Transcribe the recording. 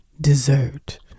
dessert